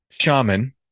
shaman